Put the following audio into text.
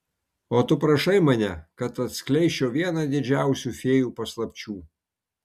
o tu prašai mane kad atskleisčiau vieną didžiausių fėjų paslapčių